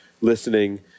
listening